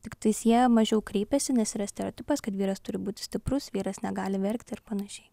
tiktais jie mažiau kreipiasi nes yra stereotipas kad vyras turi būti stiprus vyras negali verkti ir panašiai